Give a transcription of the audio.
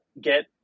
get